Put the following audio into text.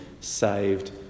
saved